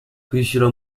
kwishyura